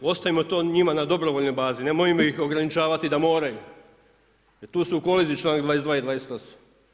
Ostavimo to njima na dobrovoljnoj bazi, nemojmo ih ograničavati da moraju jer tu su u koliziji članak 22. i 28.